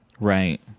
Right